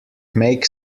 make